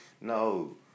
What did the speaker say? no